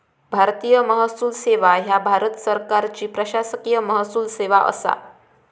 भारतीय महसूल सेवा ह्या भारत सरकारची प्रशासकीय महसूल सेवा असा